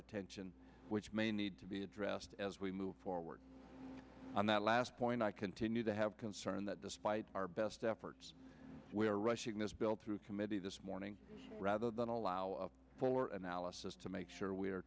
attention which may need to be addressed as we move forward on that last point i continued to have concern that despite our best efforts we are rushing this bill through committee this morning rather than allow a fuller analysis to make sure we are